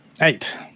eight